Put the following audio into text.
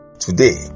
today